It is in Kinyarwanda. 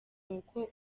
uko